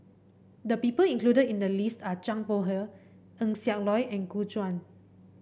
the people included in the list are Zhang Bohe Eng Siak Loy and Gu Juan